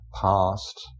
past